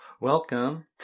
Welcome